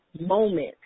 moment